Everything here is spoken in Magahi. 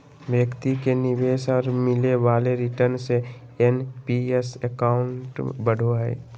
व्यक्ति के निवेश और मिले वाले रिटर्न से एन.पी.एस अकाउंट बढ़ो हइ